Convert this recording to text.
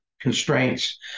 constraints